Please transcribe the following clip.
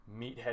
meathead